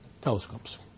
telescopes